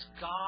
God